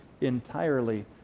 entirely